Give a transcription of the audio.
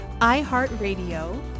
iHeartRadio